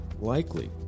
likely